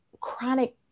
chronic